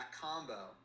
combo